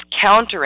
countering